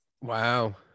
Wow